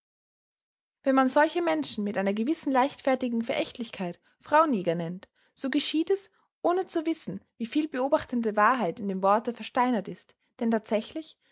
wenn man solche menschen mit einer gewissen leichtfertigen verächtlichkeit frauenjäger nennt so geschieht es ohne zu wissen wieviel beobachtende wahrheit in dem worte versteinert ist denn tatsächlich